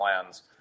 plans